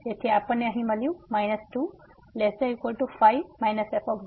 તેથી આપણને આ અહીં મળ્યું 2≤5 f0≤2